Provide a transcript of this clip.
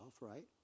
right